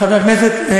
חברת הכנסת,